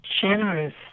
generous